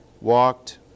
walked